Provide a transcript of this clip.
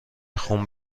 خون